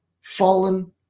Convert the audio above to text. fallen